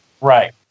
Right